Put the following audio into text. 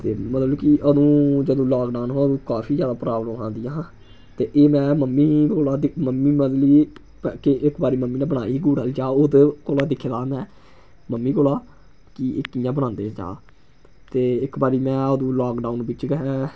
ते मतलब कि अंदू जंदू लाकडाउन हा अदूं काफी ज्यादा प्राब्लमां आंदियां ही ते एह् में मम्मी कोला दिक मम्मी मतलब कि इक केह् इक बारी मम्मी ने बनाई ही गुड़ आह्ली चाह् ते ओह्दे कोला दिक्खे दा हा में मम्मी कोला कि एह् कि'यां बनांदे एह् चाह् ते इक बारी में अदूं लाकडाउन बिच्च गै